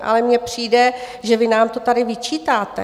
Ale mně přijde, že vy nám to tady vyčítáte.